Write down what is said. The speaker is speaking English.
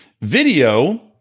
Video